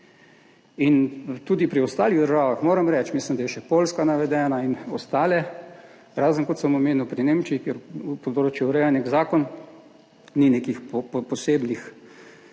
Tudi pri ostalih državah, moram reči, mislim, da je še Poljska navedena in ostale, razen, kot sem omenil, pri Nemčiji, kjer področje ureja nek zakon, ni nekih posebnih